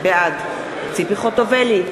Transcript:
בעד ציפי חוטובלי,